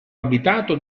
abitato